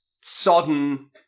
sodden